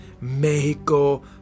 Mexico